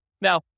now